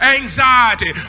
anxiety